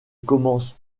commence